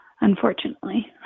unfortunately